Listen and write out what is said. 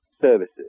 services